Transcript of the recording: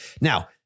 Now